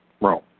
Rome